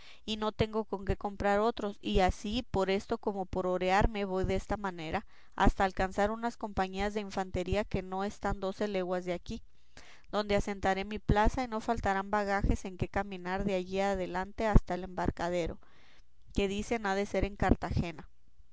y no tengo con qué comprar otros y así por esto como por orearme voy desta manera hasta alcanzar unas compañías de infantería que no están doce leguas de aquí donde asentaré mi plaza y no faltarán bagajes en que caminar de allí adelante hasta el embarcadero que dicen ha de ser en cartagena